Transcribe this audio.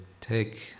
take